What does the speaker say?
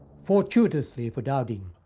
fortuitously for dowding,